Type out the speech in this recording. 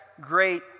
great